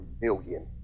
million